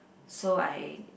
so I